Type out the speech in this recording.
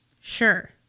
Sure